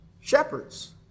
shepherds